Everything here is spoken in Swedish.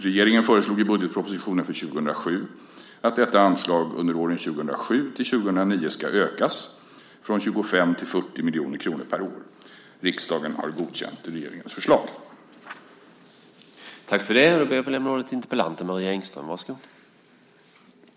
Regeringen föreslog i budgetpropositionen för 2007 att detta anslag under åren 2007-2009 ska ökas från 25 till 40 miljoner kronor per år. Riksdagen har godkänt regeringens förslag.